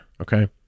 Okay